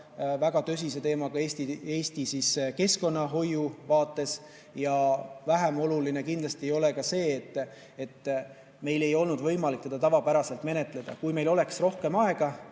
väga tõsise teemaga Eesti keskkonnahoiu vaates. Ja vähem oluline kindlasti ei ole ka see, et meil ei olnud võimalik seda tavapäraselt menetleda. Kui meil oleks rohkem aega